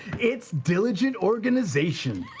it's diligent organization.